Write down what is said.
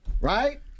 Right